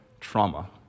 trauma